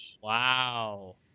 Wow